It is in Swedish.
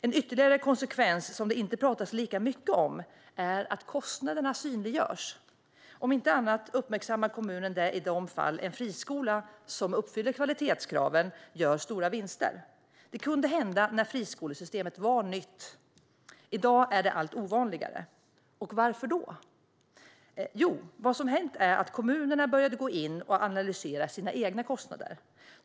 En ytterligare konsekvens, som det inte talas lika mycket om, är att kostnaderna synliggörs. Om inte annat uppmärksammar kommunen det i de fall en friskola, som uppfyller kvalitetskraven, gör stora vinster. Detta kunde hända när friskolesystemet var nytt, men i dag är det allt ovanligare. Varför då? Jo, det som hände var att kommunerna började analysera sina egna kostnader.